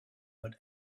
but